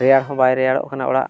ᱨᱮᱭᱟᱲ ᱦᱚᱸ ᱵᱟᱭ ᱨᱮᱭᱟᱲᱚᱜ ᱠᱟᱱᱟ ᱚᱲᱟᱜ